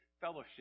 fellowship